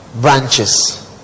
branches